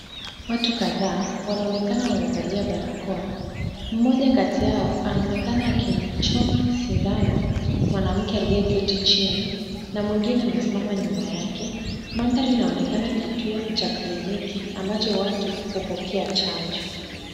Watu kadhaa wanaonekana wamevalia barakoa. Mmoja kati yao anaonekana akimchoma shindano mwanamke aliyeketi chini na mwingine amesimama nyuma yake. Mandhari inaonekana kituo cha kliniki ambacho watu hupokea chanjo.